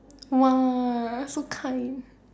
!wow! so kind